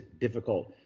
difficult